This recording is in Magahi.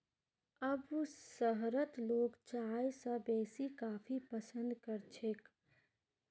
अब शहरत लोग चाय स बेसी कॉफी पसंद कर छेक